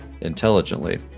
intelligently